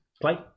Play